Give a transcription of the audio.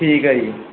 ਠੀਕ ਹੈ ਜੀ